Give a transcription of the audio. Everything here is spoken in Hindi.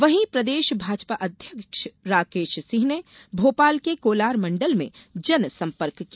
वहीं प्रदेश भाजपा अध्यक्ष राकेश सिंह ने भोपाल के कोलार मण्डल में जनसंपर्क किया